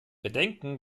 bedenken